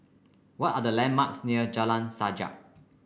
what are the landmarks near Jalan Sajak